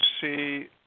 see